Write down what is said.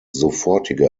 sofortige